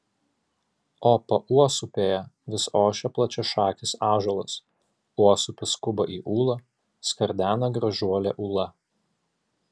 o pauosupėje vis ošia plačiašakis ąžuolas uosupis skuba į ūlą skardena gražuolė ūla